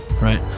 Right